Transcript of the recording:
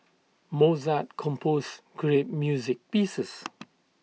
Mozart composed great music pieces